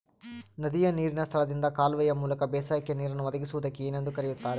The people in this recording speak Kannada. ನದಿಯ ನೇರಿನ ಸ್ಥಳದಿಂದ ಕಾಲುವೆಯ ಮೂಲಕ ಬೇಸಾಯಕ್ಕೆ ನೇರನ್ನು ಒದಗಿಸುವುದಕ್ಕೆ ಏನೆಂದು ಕರೆಯುತ್ತಾರೆ?